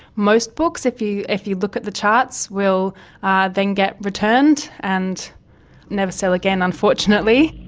most books, if you if you look at the charts, will then get returned and never sell again unfortunately.